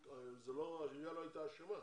העירייה לא הייתה אשמה,